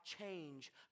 change